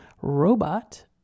robot